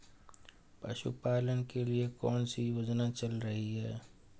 पशुपालन के लिए कौन सी योजना चल रही है?